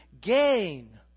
gain